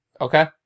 Okay